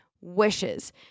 wishes